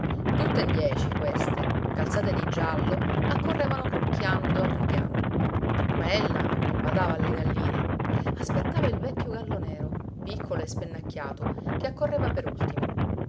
galline tutt'e dieci queste calzate di giallo accorrevano crocchiando al richiamo ma ella non badava alle galline aspettava il vecchio gallo nero piccolo e spennacchiato che accorreva per ultimo